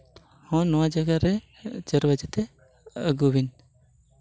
ᱦᱮᱸ ᱪᱟᱨ ᱵᱟᱡᱮ ᱛᱮ ᱱᱚᱣᱟ ᱡᱟᱭᱜᱟ ᱨᱮ ᱟᱹᱜᱩᱭ ᱵᱤᱱ